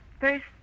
first